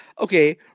okay